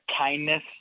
kindness